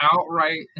outright